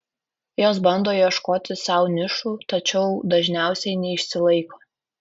jos bando ieškoti sau nišų tačiau dažniausiai neišsilaiko